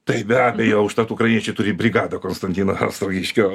taip be abejo užtat ukrainiečiai turi brigadą konstantino ostrogiškio